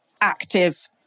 active